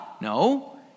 No